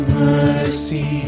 mercy